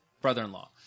brother-in-law